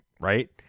right